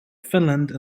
finland